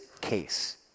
case